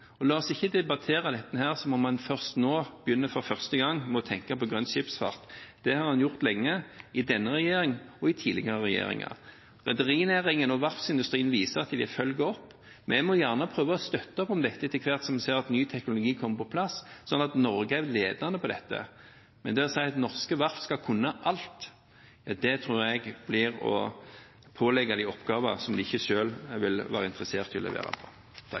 og la oss ikke debattere dette som om man nå for første gang begynner å tenke på grønn skipsfart. Det har man gjort lenge, i denne regjeringen og i tidligere regjeringer. Rederinæringen og verftsindustrien viser at de vil følge opp. Vi må gjerne prøve å støtte opp om dette etter hvert som vi ser at ny teknologi kommer på plass, slik at Norge er ledende på dette. Men det å si at norske verft skal kunne alt, tror jeg blir å pålegge dem oppgaver som de selv ikke ville være interessert i å levere.